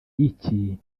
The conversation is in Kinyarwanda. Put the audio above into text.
icyi